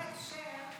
באותו הקשר,